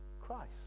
Christ